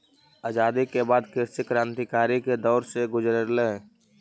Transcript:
आज़ादी के बाद कृषि क्रन्तिकारी के दौर से गुज़ारलई